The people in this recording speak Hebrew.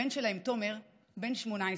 הבן שלהם, תומר בן ה-18,